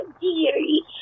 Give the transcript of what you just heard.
dearie